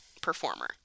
performer